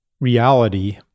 reality